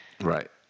Right